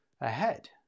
ahead